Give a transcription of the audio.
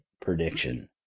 prediction